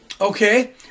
Okay